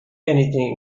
anything